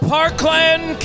Parkland